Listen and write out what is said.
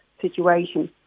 situation